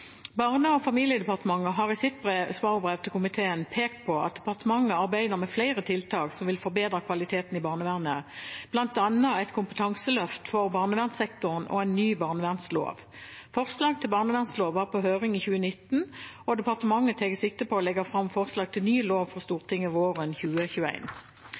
Barne- og familiedepartementet har i sitt svarbrev til komiteen pekt på at departementet arbeider med flere tiltak som vil forbedre kvaliteten i barnevernet, bl.a. et kompetanseløft for barnevernssektoren og en ny barnevernslov. Forslag til ny barnevernslov var på høring i 2019, og departementet tar sikte på å legge fram forslag til ny lov for